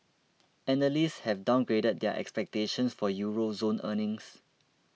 analysts have downgraded their expectations for Euro zone earnings